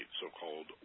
so-called